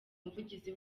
umuvugizi